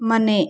ಮನೆ